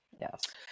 Yes